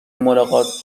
ملاقات